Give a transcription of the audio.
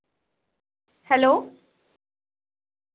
hello